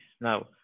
now